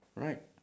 right